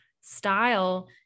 style